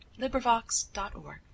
LibriVox.org